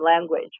language